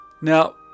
Now